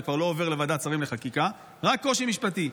רק קושי משפטי,